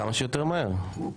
כמה שיותר מהר.